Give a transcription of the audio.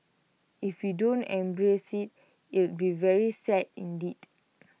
if we don't embrace IT it'll be very sad indeed